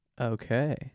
Okay